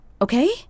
okay